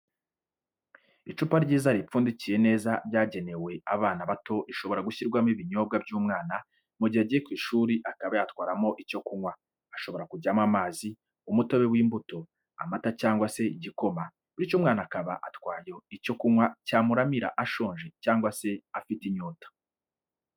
Icupa ryiza ripfundikiye neza ryagenewe abana bato rishobora gushyirwamo ibinyobwa by'umwana mu gihe agiye ku ishuri akaba yatwaramo icyo kunywa, hashobora kujyamo amazi, umutobe w'imbuto, amata cyangwa se igikoma bityo umwana akaba atwaye icyo kunywa cyamuramira ashonje cyangwa afite inyota.